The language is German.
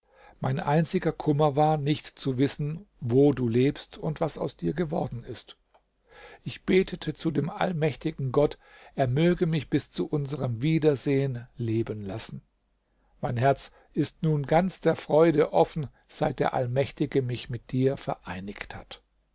mein einziger kummer war nicht zu wissen wo du lebst und was aus dir geworden ist ich betete zu dem allmächtigen gott er möge mich bis zu unserem wiedersehen leben lassen mein herz ist nun ganz der freude offen seit der allmächtige mich mit dir vereinigt hat